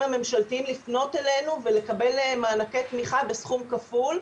הממשלתיים לפנות אלינו ולקבל מענקי תמיכה בסכום כפול,